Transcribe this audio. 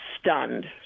stunned